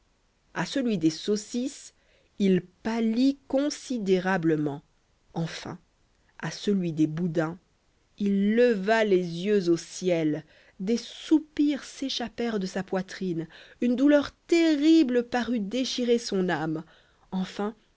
à celui des saucisses il pâlit considérablement enfin à celui des boudins il leva les yeux au ciel des soupirs s'échappèrent de sa poitrine une douleur terrible parut déchirer son âme enfin